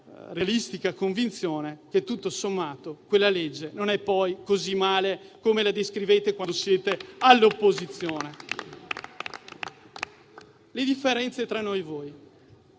realistica convinzione che, tutto sommato, quella legge non è poi così male come la descrivete quando siete all'opposizione. Le differenze tra noi e